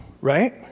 right